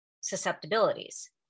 susceptibilities